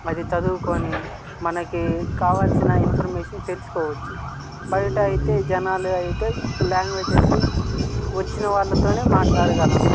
అది చదువుకొని మనకు కావాల్సిన ఇన్ఫర్మేషన్ తెలుసుకోవచ్చు బయట అయితే జనాలు అయితే లాంగ్వేజెస్ వచ్చిన వాళ్లతోనే మాట్లాడగలం